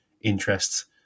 interests